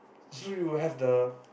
so you have the